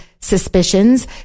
suspicions